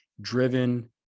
driven